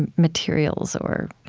and materials or?